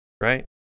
right